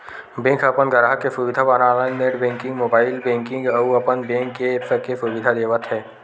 bank ह अपन गराहक के सुबिधा बर online net banking, mobile banking अउ अपन बेंक के ऐप्स के सुबिधा देवत हे